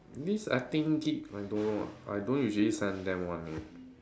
I think I don't know ah I don't usually send them one leh